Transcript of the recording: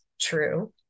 true